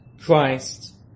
Christ